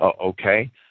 okay